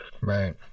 Right